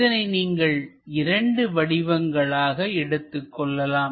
இதனை நீங்கள் இரண்டு வடிவங்களாக எடுத்துக்கொள்ளலாம்